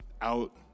out